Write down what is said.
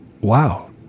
Wow